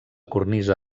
cornisa